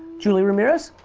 julie ramirez.